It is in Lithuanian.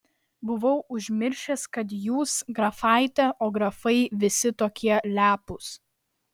buvau užmiršęs kad jūs grafaitė o grafai visi tokie lepūs